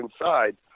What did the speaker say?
inside